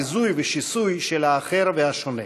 ביזוי ושיסוי של האחר והשונה.